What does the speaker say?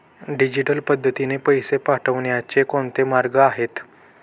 Digital पद्धतीने पैसे पाठवण्याचे कोणते मार्ग आहेत?